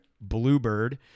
bluebird